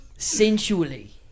Sensually